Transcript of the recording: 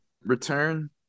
return